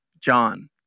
John